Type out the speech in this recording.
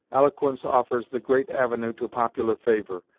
eloquence offers the great avenue to popular favor,